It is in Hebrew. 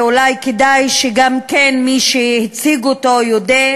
ואולי כדאי שגם מי שהציג אותו יודה,